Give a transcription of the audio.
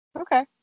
okay